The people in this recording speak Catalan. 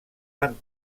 van